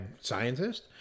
scientist